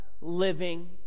living